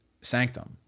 sanctum